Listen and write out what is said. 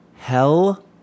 Hell